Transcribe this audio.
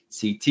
CT